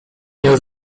miał